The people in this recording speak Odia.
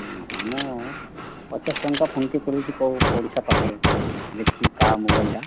ହଁ ହଁ ମୁଁ ପଚାଶ ଟଙ୍କା ଫୋନ୍ପେ' କରିଦେଉଛି ପଡ଼ିଶା ପାଖରୁ ଦେଖିବି କାହା ମୋବାଇଲ୍ଟା